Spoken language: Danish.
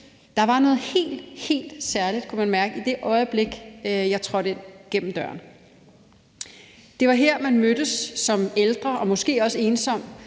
der var noget helt, helt særligt, det kunne jeg mærke, i det øjeblik jeg trådte ind gennem døren. Det var her, man mødtes som ældre og måske også ensom